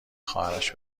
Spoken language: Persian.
خواهرش